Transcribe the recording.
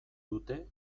dute